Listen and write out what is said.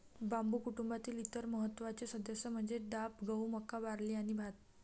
बांबू कुटुंबातील इतर महत्त्वाचे सदस्य म्हणजे डाब, गहू, मका, बार्ली आणि भात